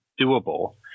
doable